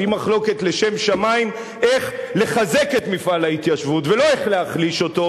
שהיא מחלוקת לשם שמים איך לחזק את מפעל ההתיישבות ולא איך להחליש אותו,